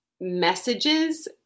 messages